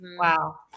Wow